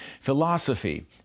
Philosophy